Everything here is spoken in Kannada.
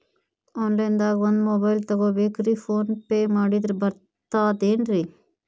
ಆನ್ಲೈನ್ ದಾಗ ಒಂದ್ ಮೊಬೈಲ್ ತಗೋಬೇಕ್ರಿ ಫೋನ್ ಪೇ ಮಾಡಿದ್ರ ಬರ್ತಾದೇನ್ರಿ?